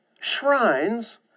Shrines